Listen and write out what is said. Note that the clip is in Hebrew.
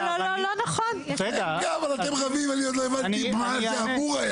לימור סון הר מלך (עוצמה יהודית): לא, לא נכון.